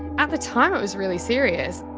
at the time it was really serious.